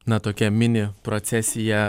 na tokia mini procesija